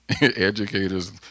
educators